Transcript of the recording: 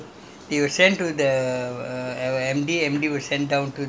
we have you know so many different different types so these are the things we have to